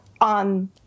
on